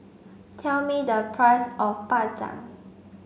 tell me the price of Bak Chang